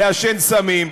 לעשן סמים.